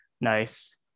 nice